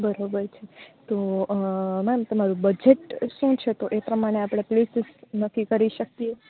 બરોબર છે તો મેમ તમારું બજેટ શું છે તો એ પ્રમાણે આપળે પ્લેસીસ નક્કી કરી શકીએ